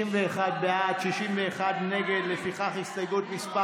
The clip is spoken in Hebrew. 51 בעד, 61 נגד, לפיכך הסתייגות מס'